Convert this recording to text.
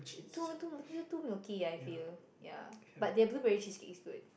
too too milky I feel ya but their blueberry cheesecake is good